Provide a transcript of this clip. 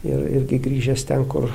ir irgi grįžęs ten kur